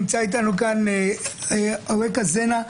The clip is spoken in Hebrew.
נמצא איתנו אווקה זנה,